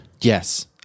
yes